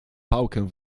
pałkę